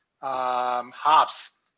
Hops